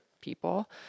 people